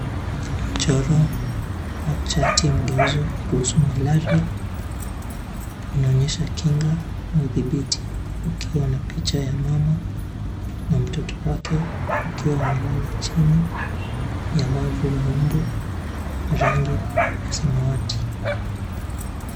Mchoro wa chati mgeuzo kuhusu malaria, unaonyesha kinga na uthibiti ukiwa na picha ya mama na mtoto wake wakiwa wamelala chini ya wavu wa mbu wa rangi ya samawati.